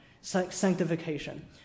sanctification